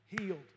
healed